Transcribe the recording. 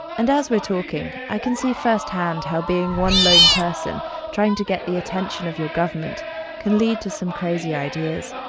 and as we're talking, i can see firsthand how being one lone person trying to get the attention of your government can lead to some crazy ideas,